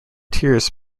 tears